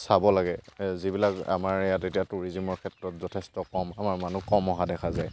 চাব লাগে যিবিলাক আমাৰ ইয়াত এতিয়া টুৰিজিমৰ ক্ষেত্ৰত যথেষ্ট কম আমাৰ মানুহ কম অহা দেখা যায়